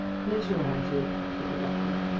notoriety, said the doctor.